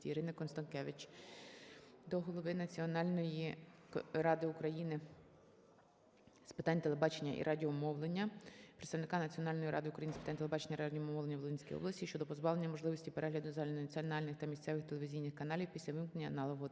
Ірини Констанкевич до Голови Національної ради України з питань телебачення і радіомовлення, Представника Національної ради України з питань телебачення і радіомовлення у Волинській області щодо позбавлення можливості перегляду загальнонаціональних та місцевих телевізійних каналів після вимкнення аналогового